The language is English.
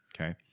Okay